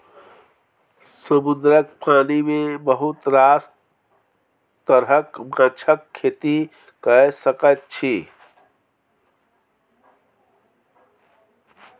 समुद्रक पानि मे बहुत रास तरहक माछक खेती कए सकैत छी